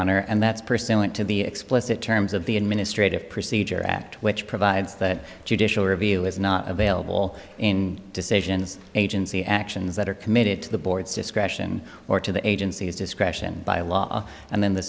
honor and that's pursuant to the explicit terms of the administrative procedure act which provides that judicial review is not available in decisions agency actions that are committed to the board's discretion or to the agency's discretion by law and then the